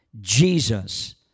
Jesus